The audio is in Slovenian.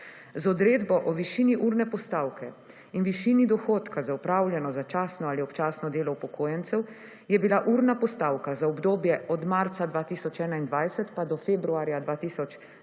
Z odredbo o višini urne postavke in višini dohodka za opravljeno začasno ali občasno delo upokojencev je bila urana postavka za obdobje od marca 2021 pa do februarja 2022